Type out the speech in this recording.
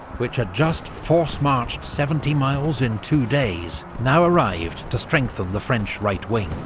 which had just force-marched seventy miles in two days, now arrived to strengthen the french right wing.